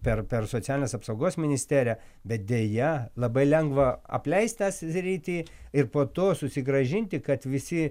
per socialinės apsaugos ministeriją bet deja labai lengva apleist tą sritį ir po to susigrąžinti kad visi